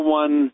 one